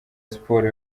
siporo